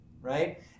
right